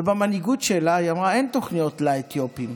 ובמנהיגות שלה היא אמרה: אין תוכניות לאתיופים.